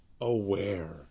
aware